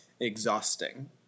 exhausting